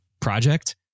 project